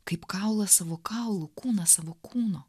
kaip kaulą savo kaulų kūną savo kūno